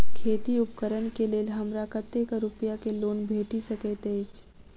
खेती उपकरण केँ लेल हमरा कतेक रूपया केँ लोन भेटि सकैत अछि?